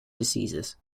diseases